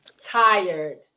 tired